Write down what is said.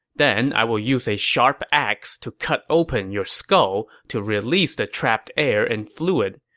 then i will use a sharp axe to cut open your skull to release the trapped air and fluid.